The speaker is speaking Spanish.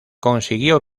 consiguió